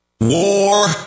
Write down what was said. War